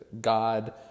God